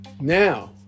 Now